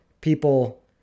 people